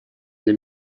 для